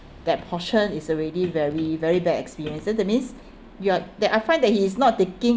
that portion is already very very bad experience so that means you are I find that he is not taking